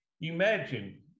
imagine